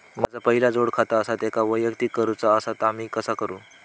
माझा पहिला जोडखाता आसा त्याका वैयक्तिक करूचा असा ता मी कसा करू?